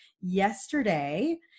yesterday